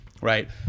right